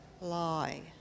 lie